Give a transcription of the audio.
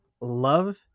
love